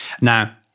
Now